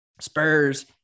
Spurs